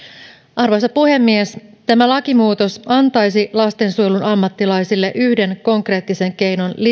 arvoisa puhemies tämä lakimuutos antaisi lastensuojelun ammattilaisille yhden konkreettisen keinon